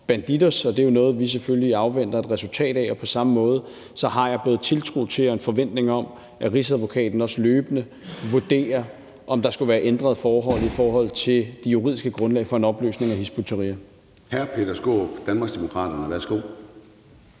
Bandidos, og det er noget, vi selvfølgelig afventer resultatet af. På samme måde har jeg både tiltro til og en forventning om, at Rigsadvokaten også løbende vurderer, om der skulle være ændrede forhold med hensyn til det juridiske grundlag for en opløsning af Hizb ut-Tahrir. Kl. 14:12 Formanden (Søren Gade):